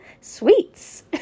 sweets